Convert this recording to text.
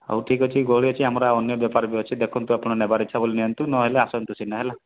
ହଉ ଠିକ୍ ଅଛି ଗହଳି ଅଛି ଆମର ବି ଅନ୍ୟ ବେପାର ବି ଅଛି ଦେଖନ୍ତୁ ଆପଣ ନେବାର ଇଚ୍ଛା ବୋଲି ନିଅନ୍ତୁ ନହେଲେ ଆସନ୍ତୁ ସିନା ହେଲା